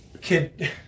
Kid